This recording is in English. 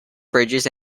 bridges